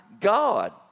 God